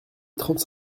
trente